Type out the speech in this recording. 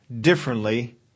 differently